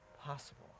possible